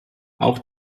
auch